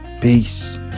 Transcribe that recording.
Peace